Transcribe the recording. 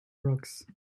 rocks